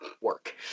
work